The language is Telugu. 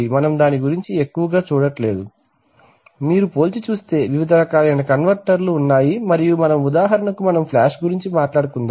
మనం దాని గురించి ఎక్కువగాచూడట్లేదు మీరు పోల్చి చూస్తే వివిధ రకాల కన్వర్టర్లు ఉన్నాయి మరియు మనము ఉదాహరణకు మనము ఫ్లాష్ గురించి మాట్లాడుకుందాము